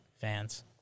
fans